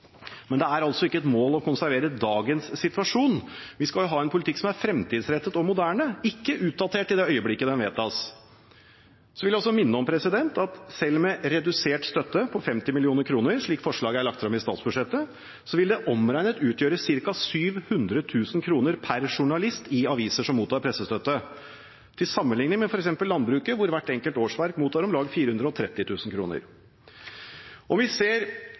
Men det er altså ikke et mål å konservere dagens situasjon. Vi skal ha en politikk som er fremtidsrettet og moderne, ikke utdatert i det øyeblikket den vedtas. Så vil jeg også minne om at selv med redusert støtte på 50 mill. kr, slik forslaget er lagt frem i statsbudsjettet, vil det omregnet utgjøre ca. 700 000 kr pr. journalist i aviser som mottar pressestøtte, til sammenligning med f.eks. landbruket, hvor hvert enkelt årsverk mottar om lag 430 000 kr. Om vi ser